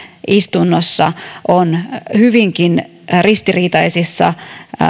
istunnossa on hyvinkin ristiriitaisissa